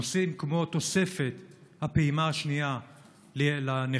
נושאים כמו תוספת הפעימה השנייה לנכים,